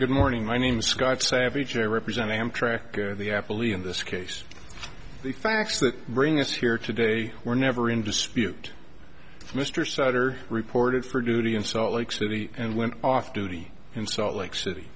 good morning my name is scott savage a representing amtrak or the apple e in this case the facts that bring us here today were never in dispute mr sattar reported for duty in salt lake city and went off duty in salt lake city